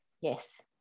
Yes